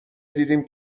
دیدیم